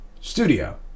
studio